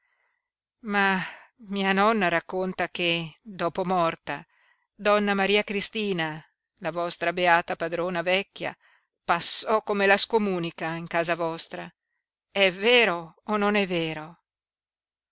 ma mia nonna racconta che dopo morta donna maria cristina la vostra beata padrona vecchia passò come la scomunica in casa vostra è vero o non è vero